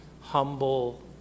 humble